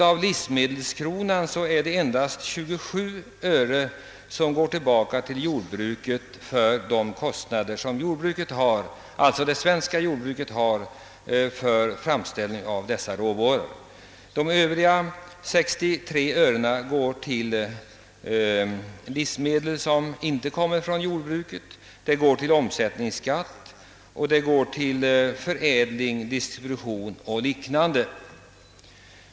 Av livsmedelskronan är det endast 27 öre som går till det svenska jordbruket för dess kostnader för framställning av dessa råvaror. De övriga 63 örena utgör ersättning för livsmedel, som inte kommer från det svenska jordbruket, förädling och distribution samt omsättningsskatt. Dessa siffror visar väl att kostnaderna i producentledet endast är en ringa del av kostnaderna i konsumentledet.